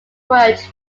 word